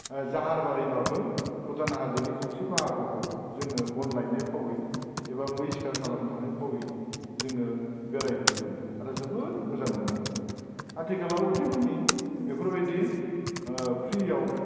जाहारबारिब्लाबो भुटान हाजोनि खावसे बाहागोखौ जोङो बन लायनाय फावै एबा मै सिखार खालामनो थांनाय फावै जोङो बेरायहैयोमोन आरो जोबोर मोजां मोनोमोन आथिखालाव अदेबानि बेफोरबायदि ओ फ्रिआव